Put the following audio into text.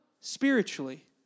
spiritually